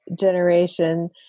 generation